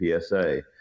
PSA